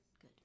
Good